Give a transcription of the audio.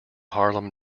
harlem